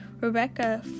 rebecca